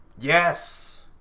Yes